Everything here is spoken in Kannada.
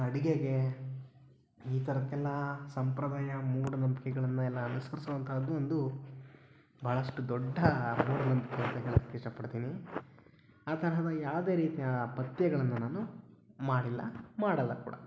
ಅಡುಗೆಗೆ ಈ ಥರಕ್ಕೆಲ್ಲ ಸಂಪ್ರದಾಯ ಮೂಢನಂಬಿಕೆಗಳನ್ನೆಲ್ಲ ಅನುಸರ್ಸುವಂಥದ್ದು ಒಂದು ಬಹಳಷ್ಟು ದೊಡ್ಡ ಮೂಢನಂಬಿಕೆ ಅಂತ ಹೇಳಕ್ಕೆ ಇಷ್ಟಪಡ್ತೀನಿ ಆ ತರಹದ ಯಾವುದೇ ರೀತಿಯ ಪಥ್ಯಗಳನ್ನ ನಾನು ಮಾಡಿಲ್ಲ ಮಾಡೋಲ್ಲ ಕೂಡ